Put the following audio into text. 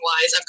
wise